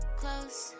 close